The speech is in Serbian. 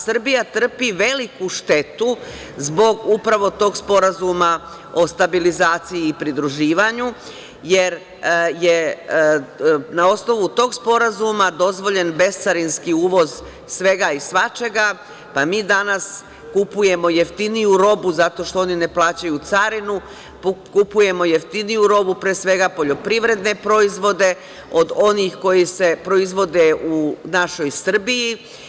Srbija trpi veliku štetu zbog upravo tog Sporazuma o stabilizaciji i pridruživanju, jer je na osnovu tog sporazuma dozvoljen bescarinski uvoz svega i svačega, pa mi danas kupujemo jeftiniju robu zato što oni ne plaćaju carinu, kupujemo jeftiniju robu, pre svega poljoprivredne proizvode, od onih koji se proizvode u našoj Srbiji.